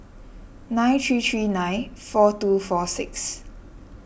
nine three three nine four two four six